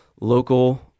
local